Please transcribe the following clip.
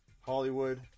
Hollywood